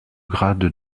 grade